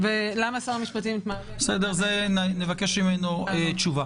ולמה שר המשפטים מתמהמה- -- נבקש ממנו לענות על זה.